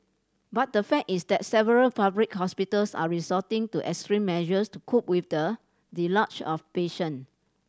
but the fact is that several public hospitals are resorting to extreme measures to cope with the deluge of patient